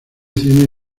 cine